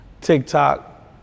TikTok